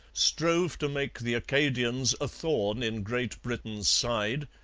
strove to make the acadians a thorn in great britain's side,